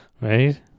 Right